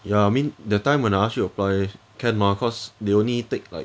ya I mean the time when I ask you apply can mah cause they only take like